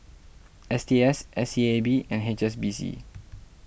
S T S S E A B and H S B C